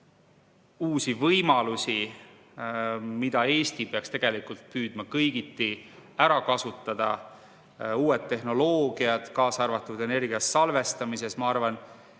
uusi võimalusi, mida Eesti peaks püüdma kõigiti ära kasutada. Uued tehnoloogiad, kaasa arvatud energia salvestamises, ma arvan,